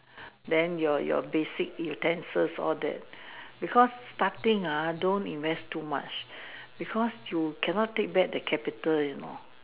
then your your basic utensils all that because starting ah don't invest too much because you cannot take back the capital you know